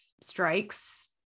strikes